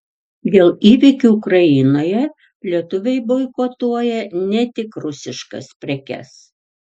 dėl įvykių ukrainoje lietuviai boikotuoja ne tik rusiškas prekes